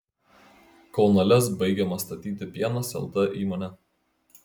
kauno lez baigiama statyti pienas lt įmonė